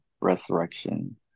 resurrection